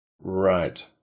Right